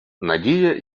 надія